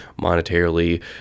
monetarily